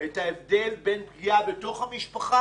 מיקי, אם אתה בא לכאן כל הזמן לעשות את הדבר הזה,